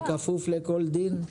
בכפוף לכל דין?